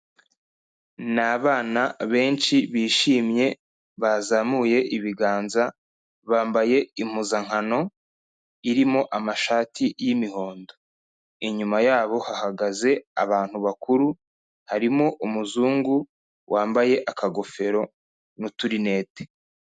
Ni abana benshi bishimye bazamuye ibiganza, bambaye impuzankano irimo amashati y'imihondo, inyuma yabo hahagaze abantu bakuru harimo umuzungu wambaye akagofero n'uturineti.